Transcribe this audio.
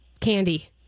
candy